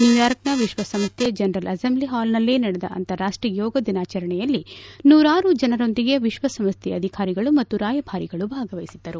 ನ್ಯೂಯಾರ್ಕ್ನ ವಿಶ್ವಸಂಸ್ಟೆಯ general assembly ಹಾಲ್ನಲ್ಲಿ ನಡೆದ ಅಂತಾರಾಷ್ಷೀಯ ಯೋಗ ದಿನಾಚರಣೆಯಲ್ಲಿ ನೂರಾರು ಜನರೊಂದಿಗೆ ವಿಶ್ವಸಂಸ್ಲೆಯ ಅಧಿಕಾರಿಗಳು ಮತ್ತು ರಾಯಭಾರಿಗಳು ಭಾಗವಹಿಸಿದ್ದರು